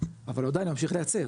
אבל עדיין הוא ממשיך לייצר